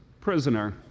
prisoner